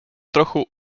trochu